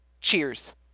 cheers